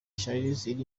shassir